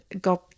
god